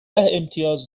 امتیاز